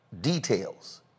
details